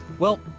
well,